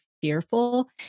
fearful